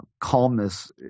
calmness